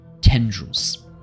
tendrils